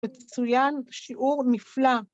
מצוין שיעור נפלא.